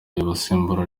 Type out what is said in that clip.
y’abasimbura